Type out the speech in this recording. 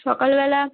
সকালবেলা